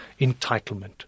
entitlement